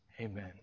Amen